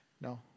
no